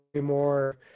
more